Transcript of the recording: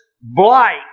Blight